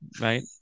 Right